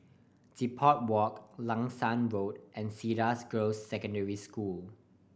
Depot Walk Langsat Road and Cedar Girls' Secondary School